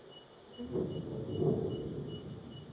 mmhmm